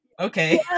Okay